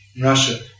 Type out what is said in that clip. Russia